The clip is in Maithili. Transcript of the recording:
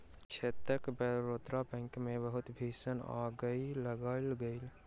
क्षेत्रक बड़ौदा बैंकक मे बहुत भीषण आइग लागि गेल